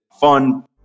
fun